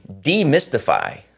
demystify